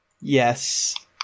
Yes